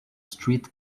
street